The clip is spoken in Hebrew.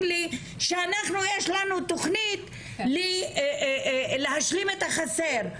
לי שאנחנו יש לנו תכנית להשלים את החסר,